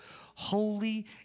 holy